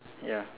ya